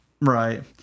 Right